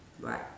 Right